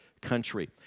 country